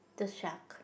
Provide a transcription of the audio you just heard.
the shark